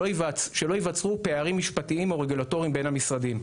שלא ייווצרו פערים משפטיים או רגולטוריים בין המשרדים.